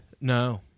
no